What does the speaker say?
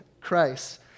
Christ